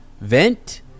vent